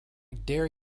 dare